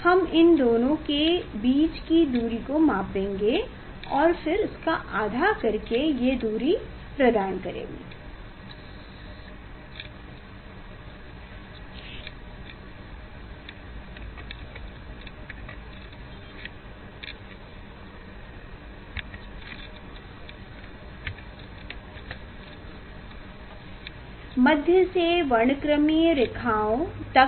हम इन दोनों के बीच की दूरी को मापेंगे और फिर इसका आधा आपको l दूरी प्रदान करेंगा मध्य से वर्णक्रमीय रेखाओं तक